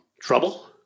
Trouble